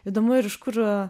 įdomu ir iš kur